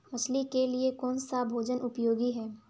मछली के लिए कौन सा भोजन उपयोगी है?